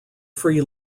free